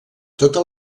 totes